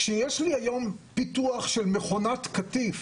כשיש לי היום ביטוח של מכונת קטיף,